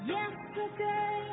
Yesterday